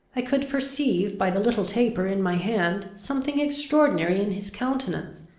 i could perceive, by the little taper in my hand, something extraordinary in his countenance.